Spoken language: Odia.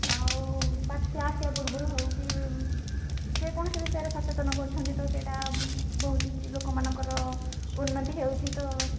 ଆଉ ବାତ୍ୟା ଆସିବା ପୂର୍ବରୁ ହଉ କି ଯେ କୌଣସି ବିଷୟରେ ସଚେତନ କରୁଛନ୍ତି ତ ସେଇଟା ବହୁତି ଲୋକମାନଙ୍କର ଉନ୍ନତି ହେଉଛି ତ